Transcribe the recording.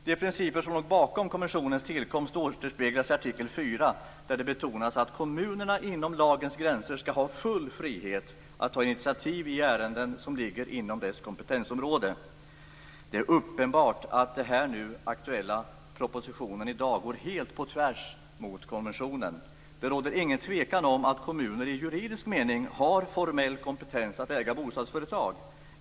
De principer som låg bakom konventionens tillkomst återspeglas i artikel 4, där det betonas att kommunerna inom lagens gränser skall ha full frihet att ta initiativ i ärenden som ligger inom dess kompetensområde. Det är uppenbart att den här i dag aktuella propositionen går helt på tvärs mot konventionen. Det råder ingen tvekan om att kommuner i juridisk mening har formell kompetens att äga bostadsföretag.